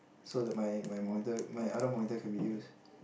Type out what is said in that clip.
so that my my model my other model can be used